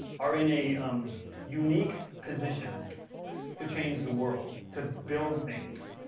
are in a unique position to change the world, to build things.